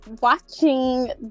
watching